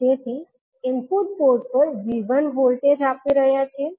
તેથી input port પર V1 voltage આપી રહ્યા છીએ